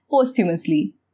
posthumously